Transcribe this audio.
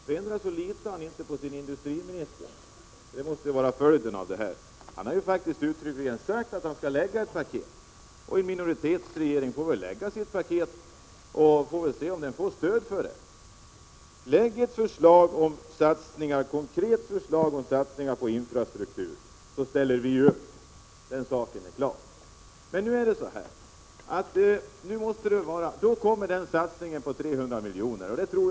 Fru talman! Det blir faktiskt värre ju längre Sven Lundberg diskuterar. Slutsatsen av vad han säger måste bli att han inte litar på sin industriminister. Denne har ju uttryckligen sagt att han skall lägga fram ett paket, och en minoritetsregering får väl presentera sitt paket och se om den får stöd för det. Lägg ett konkret förslag om satsningar på infrastruktur, så ställer vi upp! Den saken är klar. Jag är säker på att industriministern kommer att göra denna satsning med 300 milj.kr.